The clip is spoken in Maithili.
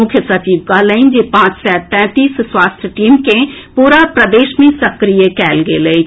मुख्य सचिव कहलनि जे पांच सय तैंतीस स्वास्थ्य टीम के पूरा प्रदेश मे सक्रिय कएल गेल अछि